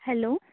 hello